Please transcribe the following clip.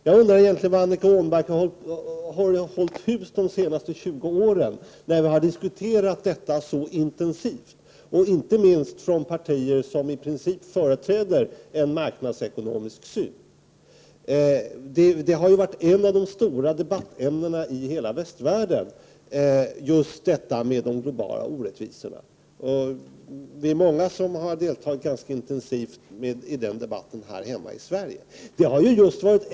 Jag undrar var Annika Åhnberg egentligen har hållit hus de senaste 20 åren, när vi har diskuterat detta så intensivt, inte minst från partier som i princip företräder en marknadsekonomisk syn. Just frågan om de globala orättvisorna har ju varit ett av de stora debattämnena i hela västvärlden. Vi är många som har deltagit ganska intensivt i den debatten här hemma i Sverige.